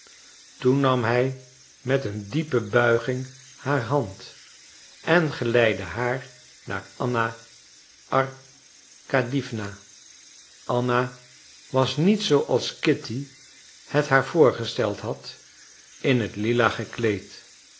toen nam hij met een diepe buiging haar hand en geleidde haar naar anna arkadiewna anna was niet zooals kitty het haar voorgesteld had in t lila gekleed